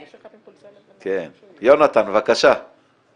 (הישיבה נפסקה בשעה 11:30 ונתחדשה בשעה 11:35.)